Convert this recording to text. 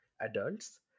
Adults